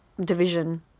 division